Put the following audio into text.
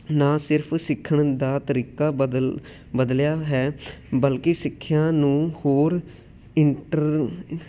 ਨਾ ਸਿਰਫ਼ ਸਿੱਖਣ ਦਾ ਤਰੀਕਾ ਬਦਲ ਬਦਲਿਆ ਹੈ ਬਲਕਿ ਸਿੱਖਿਆ ਨੂੰ ਹੋਰ ਇੰਟਰ